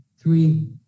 Three